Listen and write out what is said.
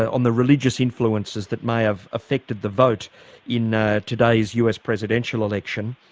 on the religious influences that may have affected the vote in ah today's us presidential election,